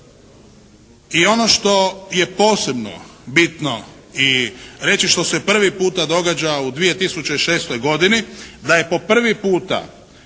I ono što je posebno bitno i reći što se prvi puta događa u 2006. godini da je po prvi puta